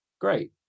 great